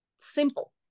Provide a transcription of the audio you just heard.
simple